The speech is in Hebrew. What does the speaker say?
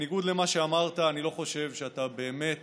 בניגוד למה שאמרת, אני לא חושב שאתה באמת